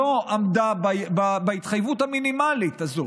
לא עמדה בהתחייבות המינימלית הזו.